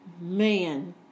Man